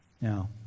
Now